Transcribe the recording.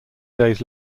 days